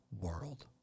world